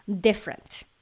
different